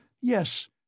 yes